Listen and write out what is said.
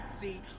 see